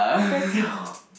because